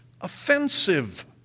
offensive